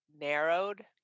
narrowed